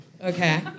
Okay